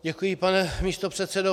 Děkuji, pane místopředsedo.